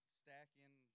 stacking